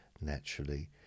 naturally